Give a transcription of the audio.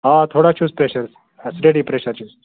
آ تھوڑا چھُس پریشر سٹڈی پریشر چھُس